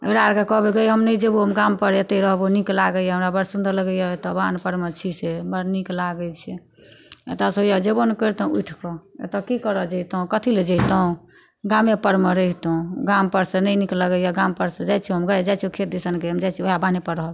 एकरा अरके कहबै गै हम नहि जेबौ हम गामपर एतै रहबौ नीक लागैए हमरा बड़ सुन्दर लागैए एतऽ बान्हपर मे छी से बड़ नीक लागै छै एतऽसँ होइए जेबो नहि करितहुँ उठिकऽ एतय कि करा जइतहुँ कथी लए जइतहुँ गामेपर मे रहितहुँ गामपर सँ नहि नीक लागैए गामपर सँ जाइ छियौ गै जाइ छियौ खेत दिसन गै हम जाइ छियौ ओहए बान्हेपर रहब